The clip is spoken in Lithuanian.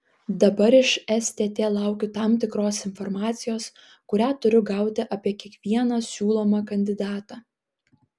dabar iš stt laukiu tam tikros informacijos kurią turiu gauti apie kiekvieną siūlomą kandidatą